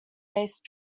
base